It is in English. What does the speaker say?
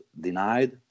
denied